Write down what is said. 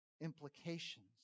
implications